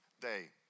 day